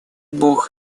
бог